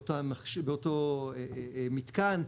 באותו מתקן,